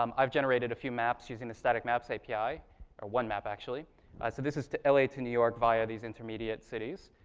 um i've generated a few maps using aesthetic maps api or one map actually so this is from l a. to new york via these intermediate cities.